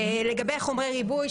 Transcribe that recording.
לגבי חומרי ריבוי,